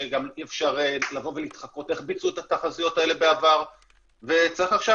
שגם אי אפשר להתחקות איך ביצעו את התחזיות האלה בעבר וצריך עכשיו